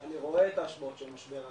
אני רואה את ההשפעות של משבר האקלים,